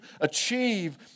achieve